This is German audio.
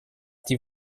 die